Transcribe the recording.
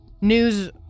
news